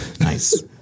Nice